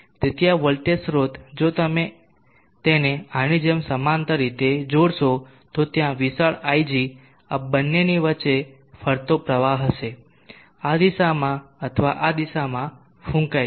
તેથી આ વોલ્ટેજ સ્ત્રોત જો તમે તેને આની જેમ સમાંતર રીતે જોડશો તો ત્યાં વિશાળ ig આ બંનેની વચ્ચે ફરતો પ્રવાહ હશે આ દિશામાં અથવા આ દિશામાં ફૂંકાય છે